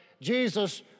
Jesus